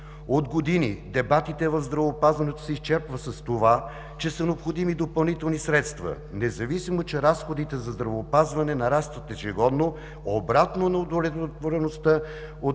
От години дебатите в здравеопазването се изчерпват с това, че са необходими допълнителни средства независимо, че разходите за здравеопазване нарастват ежегодно, обратно на неудовлетвореността